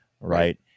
Right